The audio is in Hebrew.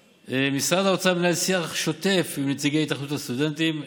משרד האוצר מנהל שיח שוטף עם נציגי התאחדות הסטודנטים,